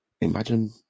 imagine